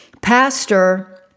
pastor